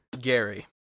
Gary